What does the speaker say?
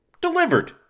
Delivered